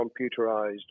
computerized